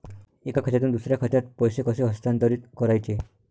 एका खात्यातून दुसऱ्या खात्यात पैसे कसे हस्तांतरित करायचे